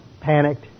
panicked